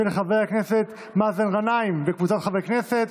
של חבר הכנסת מאזן גנאים וקבוצת חברי הכנסת,